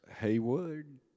Haywood